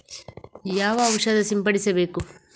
ಯಾವ ಔಷಧ ಸಿಂಪಡಿಸಬೇಕು?